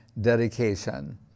dedication